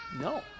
No